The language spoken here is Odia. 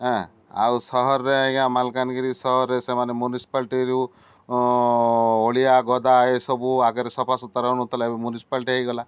ଏଁ ଆଉ ସହରରେ ଆଜ୍ଞା ମାଲକାନଗିରି ସହରରେ ସେମାନେ ମୁନିସିପାଲଟିରୁ ଅଳିଆ ଗଦା ଏସବୁ ଆଗରେ ସଫାସୁତରା ହଉନଥିଲା ଏ ମ୍ୟୁନସିପାଲଟି ହେଇଗଲା